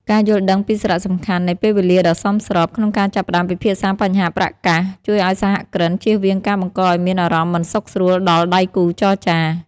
ការយល់ដឹងពីសារៈសំខាន់នៃ "ពេលវេលាដ៏សមស្រប" ក្នុងការចាប់ផ្ដើមពិភាក្សាបញ្ហាប្រាក់កាស ជួយឱ្យសហគ្រិនជៀសវាងការបង្កឱ្យមានអារម្មណ៍មិនសុខស្រួលដល់ដៃគូចរចា។